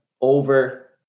over